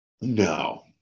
No